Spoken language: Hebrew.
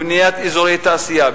בבניית אזורי תעשייה,